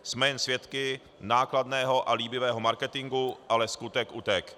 Jsme jen svědky nákladného a líbivého marketingu, ale skutek utek'.